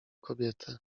kobietę